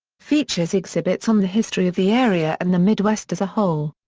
features exhibits on the history of the area and the midwest as a whole.